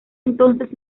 entonces